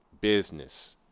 business –